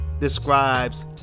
describes